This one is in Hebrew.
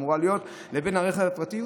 או לנסוע ברכב הפרטי,